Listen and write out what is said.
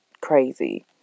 crazy